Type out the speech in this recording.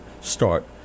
start